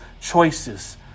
choices